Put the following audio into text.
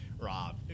rob